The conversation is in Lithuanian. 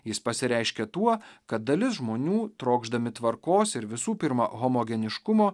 jis pasireiškia tuo kad dalis žmonių trokšdami tvarkos ir visų pirma homogeniškumo